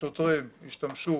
ששוטרים השתמשו,